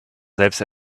selbst